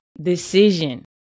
decision